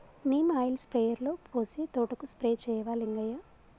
neem oil స్ప్రేయర్లో పోసి తోటకు స్ప్రే చేయవా లింగయ్య